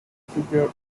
prepare